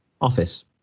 office